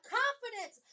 confidence